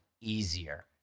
easier